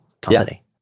company